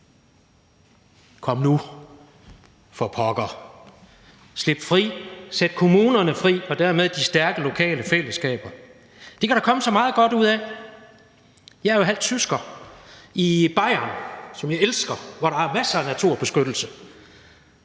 Kom nu, for pokker! Slip det fri. Sæt kommunerne og dermed de stærke lokale fællesskaber fri. Det kan der komme så meget godt ud af. Jeg er jo halvt tysker. I Bayern, som jeg elsker, og hvor der er masser af naturbeskyttelse,